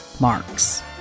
Marks